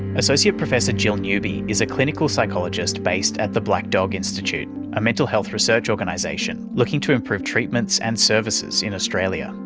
associate professor jill newby is a clinical psychologist based at the black dog institute, a mental health research organisation looking to improve treatments and services in australia.